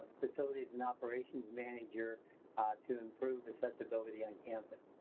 facilities and operations manager to improve accessibility on campus.